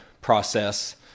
process